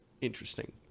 interesting